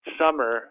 summer